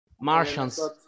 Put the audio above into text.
Martians